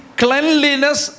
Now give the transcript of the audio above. cleanliness